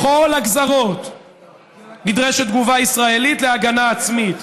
בכל הגזרות נדרשת תגובה ישראלית להגנה עצמית,